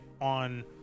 on